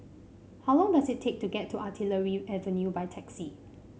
how long does it take to get to Artillery Avenue by taxi